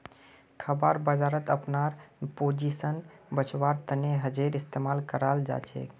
खराब बजारत अपनार पोजीशन बचव्वार तने हेजेर इस्तमाल कराल जाछेक